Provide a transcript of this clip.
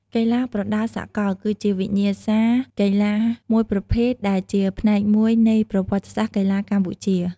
កីឡាប្រដាល់សកល គឺជាវិញ្ញាសាកីឡាមួយប្រភេទដែលជាផ្នែកមួយនៃប្រវត្តិសាស្ត្រកីឡាកម្ពុជា។